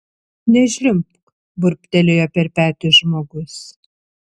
nežliumbk burbtelėjo per petį žmogus